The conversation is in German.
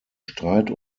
streit